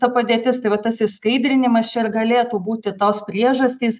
ta padėtis tai va tas išskaidrinimas čia ir galėtų būti tos priežastys